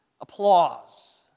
applause